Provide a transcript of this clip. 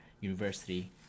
university